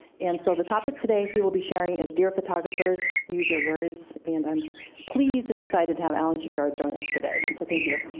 and so the topic today he will be sharing is dear photographers, use your words. and i'm pleased and excited to have alan shapiro join us today, so thank you.